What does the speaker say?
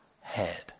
head